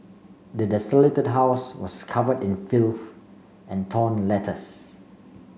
the desolated house was covered in filth and torn letters